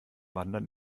wandern